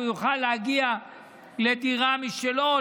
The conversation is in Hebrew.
הוא יוכל להגיע לדירה משלו,